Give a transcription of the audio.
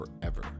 forever